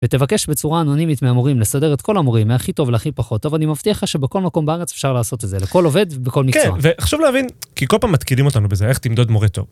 ותבקש בצורה אנונימית מהמורים, לסדר את כל המורים, מהכי טוב להכי פחות טוב, אני מבטיח לך שבכל מקום בארץ אפשר לעשות את זה, לכל עובד ובכל מקצוע. כן, וחשוב להבין, כי כל פעם מתקילים אותנו בזה, איך תמדוד מורה טוב.